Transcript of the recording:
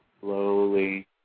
slowly